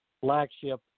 Flagship